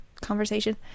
conversation